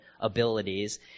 abilities